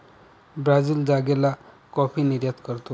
Brazil जागेला coffee निर्यात करतो